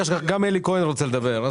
ממילא גם אלי כהן רוצה לדבר,